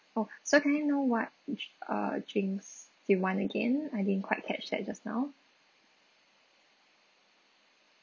oh so can I know what dri~ uh drinks you want again I didn't quite catch that just now